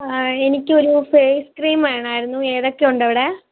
ആ എനിക്ക് ഒരു ഫേയ്സ് ക്രീം വേണമായിരുന്നു ഏതൊക്കെ ഉണ്ട് അവിടെ